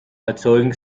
erzeugen